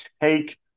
take